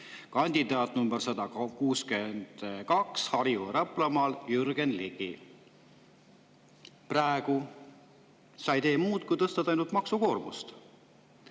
Kandidaat nr 162 Harju- ja Raplamaal Jürgen Ligi. Praegu sa ei tee muud, kui tõstad ainult maksukoormust.